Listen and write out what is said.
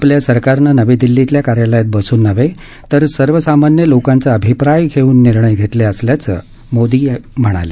आपल्या सरकारनं नवी दिल्लीतल्या कार्यालयात बसून नव्हे तर सर्वसामान्य लोकांचा अभिप्राय घेऊन निर्णय घेतले असल्याचं मोदी म्हणाले